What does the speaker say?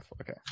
Okay